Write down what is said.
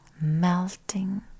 melting